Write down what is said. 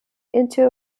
into